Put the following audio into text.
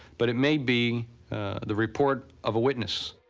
but it may be the report of a witness.